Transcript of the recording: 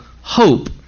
hope